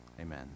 Amen